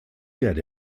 get